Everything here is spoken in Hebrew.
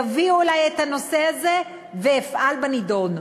יביאו אלי את הנושא הזה ואפעל בנדון.